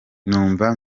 numva